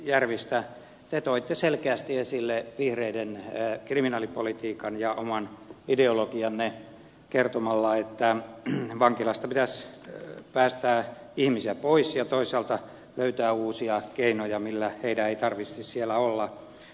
järvistä sillä te toitte selkeästi esille vihreiden kriminaalipolitiikan ja oman ideologianne kertomalla että vankilasta pitäisi päästää ihmisiä pois ja toisaalta löytää uusia keinoja millä heidän ei tarvitsisi siellä olla